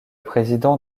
président